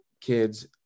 kids